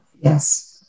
Yes